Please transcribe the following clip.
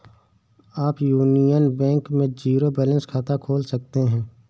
आप Union Bank में zero balance खाता खोल सकते हैं